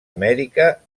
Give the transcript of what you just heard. amèrica